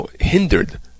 hindered